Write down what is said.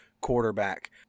quarterback